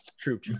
true